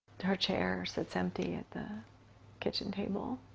her chair sits empty at the kitchen table.